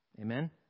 Amen